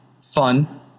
fun